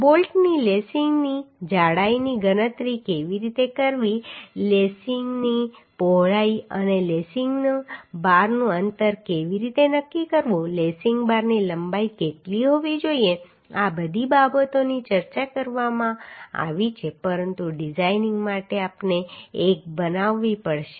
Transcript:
બોલ્ટની લેસિંગની જાડાઈની ગણતરી કેવી રીતે કરવી લેસિંગની પહોળાઈ અને લેસિંગ બારનું અંતર કેવી રીતે નક્કી કરવું લેસિંગ બારની લંબાઈ કેટલી હોવી જોઈએ આ બધી બાબતોની ચર્ચા કરવામાં આવી છે પરંતુ ડિઝાઇનિંગ માટે આપણે એક બનાવવી પડશે